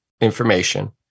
information